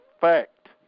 fact